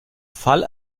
fall